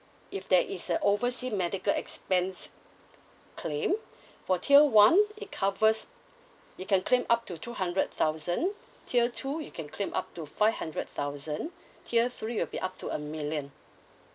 if there is a oversea medical expense claim for tier one it covers you can claim up to two hundred thousand tier two you can claim up to five hundred thousand tier three will be up to a million